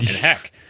Heck